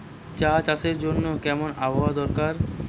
চা চাষের জন্য কেমন আবহাওয়া দরকার?